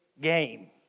game